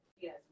Yes